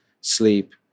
sleep